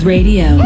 Radio